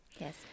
yes